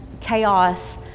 chaos